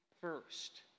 first